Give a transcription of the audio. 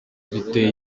biteye